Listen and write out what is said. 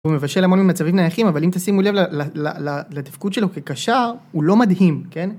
הוא מבשל המון ממצבים נייחים אבל אם תשימו לב לתפקוד שלו כקשר הוא לא מדהים כן.